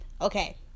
okay